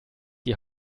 die